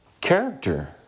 character